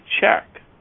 check